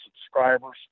subscribers